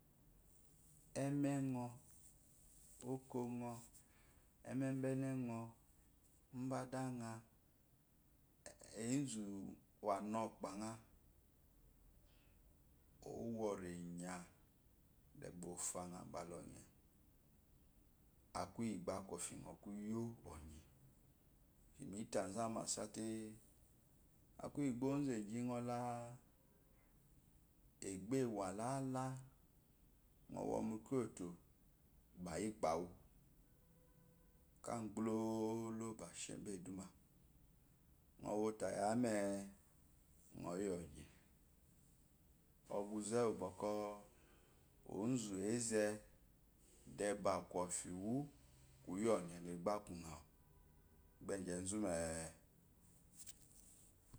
Ememe ngo okongo emmaba enenge emmeba adanga enzu wano kpanga keyi oworenya kiyi bwɔ fwɔngo bala onye akuyi bakwa kufi ngo kuye onye migyi tazu amesaa te akuyi ozu egengo la egbo ewa lala awo mu koito ngo gba yi kpawu ka gbulolo ba ka sheyi ba eduma ngowo tayi ame ngoyi onye oguzewu bwɔkwɔ onzu ezede ba kofiwu kuyi onyenye gba ku ngau gbegye zumee.